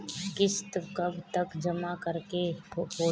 किस्त कब तक जमा करें के होखी?